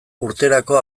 urterako